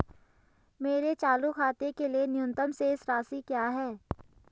मेरे चालू खाते के लिए न्यूनतम शेष राशि क्या है?